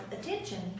attention